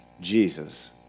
Jesus